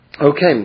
okay